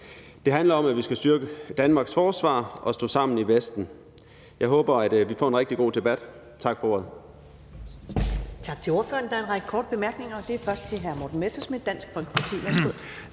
Det handler om, at vi skal styrke Danmarks forsvar og stå sammen i Vesten. Jeg håber, at vi får en rigtig god debat. Tak for ordet.